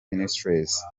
ministries